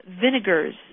vinegars